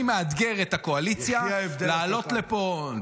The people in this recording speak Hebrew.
אני מאתגר את הקואליציה לעלות לפה --- יחי ההבדל הקטן.